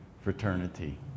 fraternity